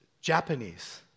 Japanese